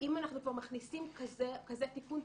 אם אנחנו כבר מכניסים כזה תיקון,